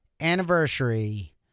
anniversary